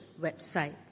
website